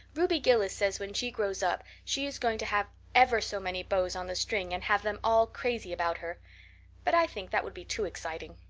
ruby gillis says when she grows up she's going to have ever so many beaus on the string and have them all crazy about her but i think that would be too exciting.